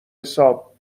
حساب